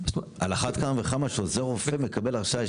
על אחת כמה וכמה שעוזר רופא מקבל הרשאה,